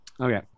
Okay